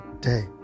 day